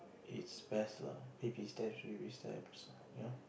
it's best lah baby steps baby steps you know